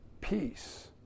peace